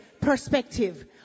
perspective